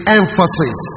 emphasis